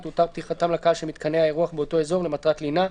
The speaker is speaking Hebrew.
תותר פתיחתם לקהל של מיתקני האירוח באותו אזור למטרת לינה,